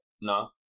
no